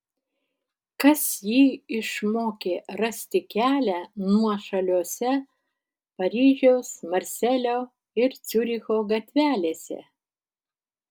kas jį išmokė rasti kelią nuošaliose paryžiaus marselio ir ciuricho gatvelėse